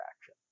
action